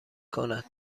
کند